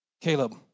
Caleb